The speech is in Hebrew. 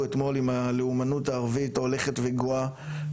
אתמול עם הלאומנות הערבית ההולכת וגואה.